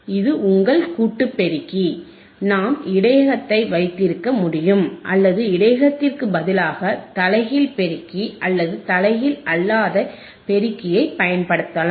இது உங்கள் கூட்டு பெருக்கி நாம் இடையகத்தை வைத்திருக்க முடியும் அல்லது இடையகத்திற்கு பதிலாக தலைகீழ் பெருக்கி அல்லது தலைகீழ் அல்லாத பெருக்கியைப் பயன்படுத்தலாம்